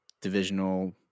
divisional